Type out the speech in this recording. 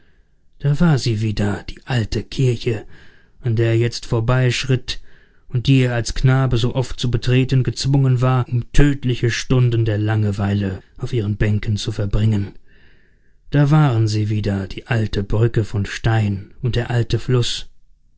da war sie wieder die alte kirche an der er jetzt vorbeischritt und die er als knabe so oft zu betreten gezwungen war um tötliche stunden der langeweile auf ihren bänken zu verbringen da waren sie wieder die alte brücke von stein und der alte fluß